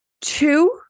two